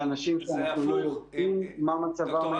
לאנשים שאנחנו לא יודעים מה מצבם האימונולוגי.